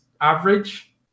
Average